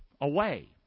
away